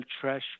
trash